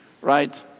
right